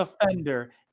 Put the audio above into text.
offender